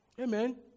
Amen